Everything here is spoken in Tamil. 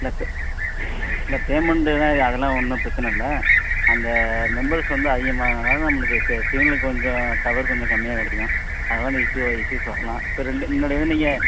நெட்டு இல்லை பேமெண்ட்டெலாம் அதெல்லாம் ஒன்றும் பிரச்சின இல்லை அந்த மெம்பர்ஸ் வந்து அதிகமானனால் நம்மளுக்கு சி சிக்னலு கொஞ்சம் டவர் கொஞ்சம் கம்மியாகக் கிடைக்கும் அதனால் இந்த இஷ்ஷு இஷ்ஷுஸ் வரலாம் இப்போ ரெண்டு முன்னாடியை விட நீங்கள்